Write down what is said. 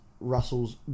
Russell's